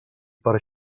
per